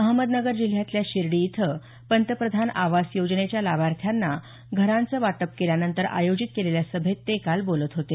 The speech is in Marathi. अहमदनगर जिल्ह्यातल्या शिर्डी इथं पंतप्रधान आवास योजनेच्या लाभार्थ्यांना घरांचं वाटप केल्यानंतर आयोजित केलेल्या सभेत ते काल बोलत होते